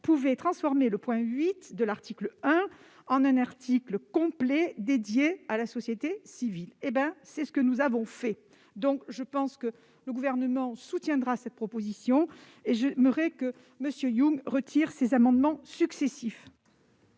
pouvait transformer l'alinéa 8 de l'article 1 en un article complet dédié à la société civile ». C'est ce que nous avons fait ! Je pense donc que le Gouvernement soutiendra cette proposition, et je souhaite que M. Yung retire les amendements qu'il